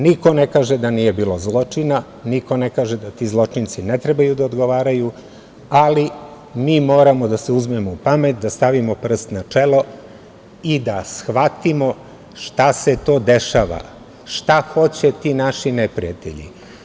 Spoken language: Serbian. Niko ne kaže da nije bilo zločina, niko ne kaže da ti zločinci ne trebaju da odgovaraju, ali mi moramo da se uzmemo u pamet, da stavimo prst na čelo i da shvatimo šta se to dešava, šta hoće ti naši neprijatelji.